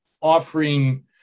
offering